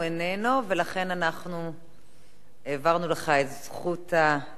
הוא איננו, ולכן אנחנו העברנו לך את זכות הדיבור